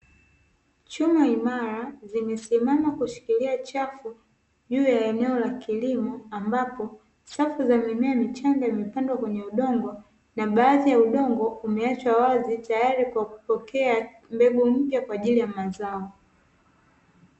Chuma imara zimesimama kushikilia chafu juu ya eneo la kilimo, ambapo safu za mimea michanga imepandwa kwenye udongo na baadhi ya udongo umeachwa wazi, tayari kwa kupokea mbegu mpya kwa ajili ya mazao.